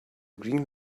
green